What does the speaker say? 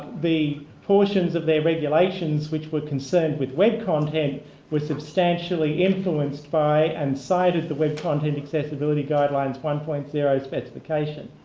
the portions of their regulations which were concerned with web consent was substantially influenced by and cited the web content accessibility guidelines one point zero specification.